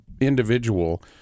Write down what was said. individual